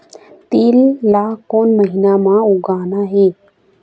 तील ला कोन महीना म उगाना ये?